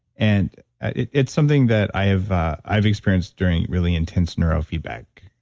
and it's something that i have i have experienced during really intense neurofeedback.